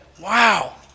wow